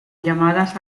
llamadas